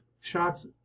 shots